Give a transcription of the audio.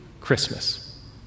Christmas